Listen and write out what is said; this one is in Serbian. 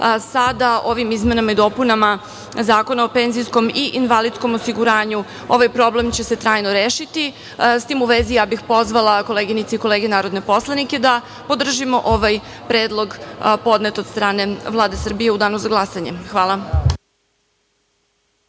Sada ovim izmenama i dopunama Zakona o penzijskom i invalidskom osiguranju ovaj problem će se trajno rešiti. S tim u vezi ja bih pozvala koleginice i kolege narodne poslanike da podržimo ovaj predlog podnet od strane Vlade Srbije u danu za glasanje. Hvala.